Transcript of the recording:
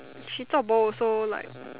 she zuo bo also like